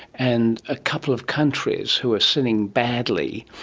and a couple of countries who are sinning badly.